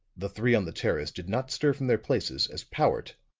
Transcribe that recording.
the three on the terrace did not stir from their places as powart,